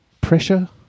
pressure